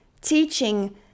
teaching